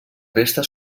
resta